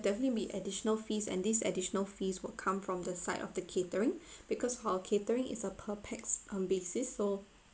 definitely be additional fees and this additional fees would come from the side of the catering because our catering is a per pax um basis so